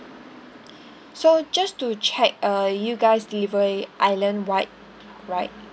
so just to check uh you guys delivery island wide right